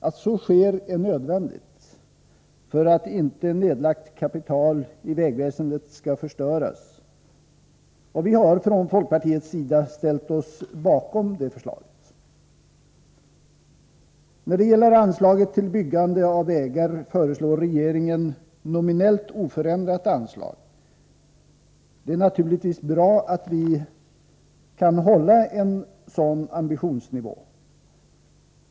Att så sker är nödvändigt för att inte i vägväsendet nedlagt kapital skall förstöras, och vi har från folkpartiets sida ställt oss bakom förslaget. När det gäller anslaget till byggande av vägar föreslår regeringen nominellt oförändrat anslag. Det är naturligtvis bra att vi kan hålla en sådan ambitionsnivå.